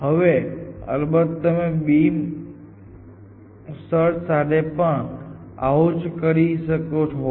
હવે અલબત્ત તમે બીમ સર્ચ સાથે પણ આવું જ કરી શકો છો